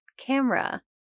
camera